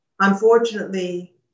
Unfortunately